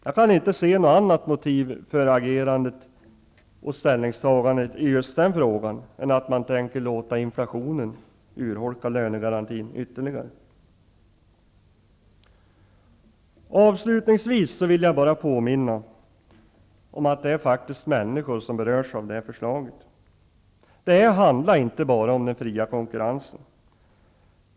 Jag kan inte se något annat motiv för ställningstagandet än att man tänker låta inflationen urholka lönegarantin ytterligare. Avslutningsvis vill jag bara påminna om att det är människor som berörs av det här förslaget. Det handlar inte bara om den fria konkurrensen.